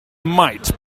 might